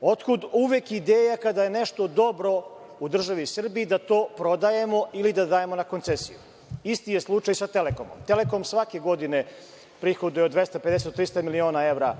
Otkud uvek ideja kada je nešto dobro u državi Srbiji da to prodajemo ili da dajemo na koncesiju? Isti je slučaj sa „Telekomom“. „Telekom“ svake godine prihoduje 250 do 300 miliona evra,